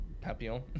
Papillon